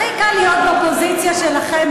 הכי קל להיות בפוזיציה שלכם,